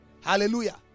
Hallelujah